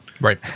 Right